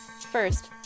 First